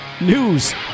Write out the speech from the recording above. news